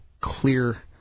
clear